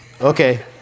Okay